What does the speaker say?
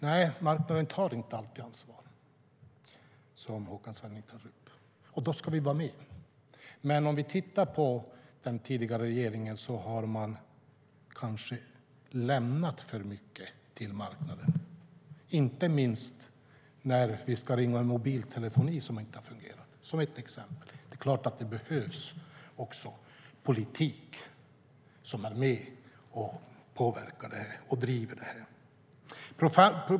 Nej, man tar inte alltid ansvar, som Håkan Svenneling tar upp. Då ska vi vara med. Den tidigare regeringen kanske lämnade för mycket till marknaden, inte minst när mobiltelefonin inte fungerade. Det behövs också politik som är med och påverkar och driver frågan.